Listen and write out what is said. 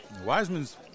Wiseman's